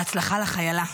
בהצלחה לך, איילה.